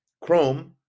Chrome